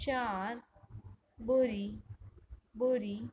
चारि ॿुड़ी ॿुड़ी